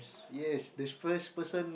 yes this first person